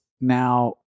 now